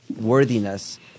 worthiness